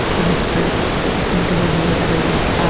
and as proof i thank a reviewer every week.